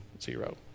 zero